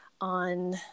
on